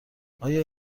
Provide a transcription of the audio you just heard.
آیا